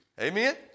Amen